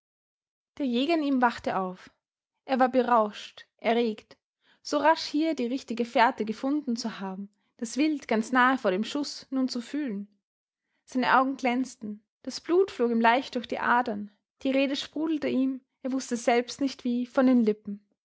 der jäger in ihm wachte auf er war berauscht erregt so rasch hier die richtige fährte gefunden zu haben das wild ganz nahe vor dem schuß nun zu fühlen seine augen glänzten das blut flog ihm leicht durch die adern die rede sprudelte ihm er wußte selbst nicht wie von den lippen